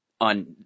on